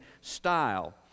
style